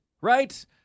right